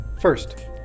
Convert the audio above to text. First